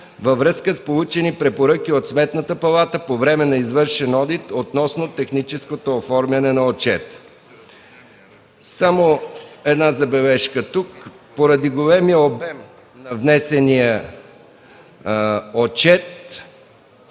във връзка с получени препоръки от Сметната палата по време на извършен одит, относно техническото оформяне на отчета. Една забележка. Поради големия обем на внесения отчет